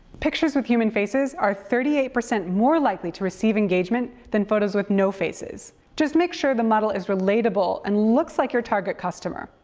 pictures with human faces are thirty eight percent more likely to receive engagement than photos with no faces. just make sure the model is relatable and looks like your target customer.